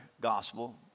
gospel